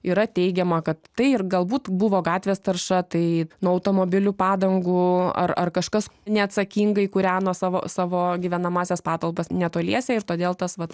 yra teigiama kad tai ir galbūt buvo gatvės tarša tai nuo automobilių padangų ar ar kažkas neatsakingai kūreno savo savo gyvenamąsias patalpas netoliese ir todėl tas vat